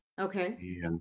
Okay